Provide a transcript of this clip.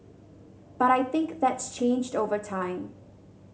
but I think that's changed over time